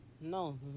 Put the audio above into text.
No